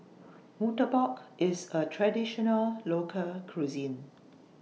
Murtabak IS A Traditional Local Cuisine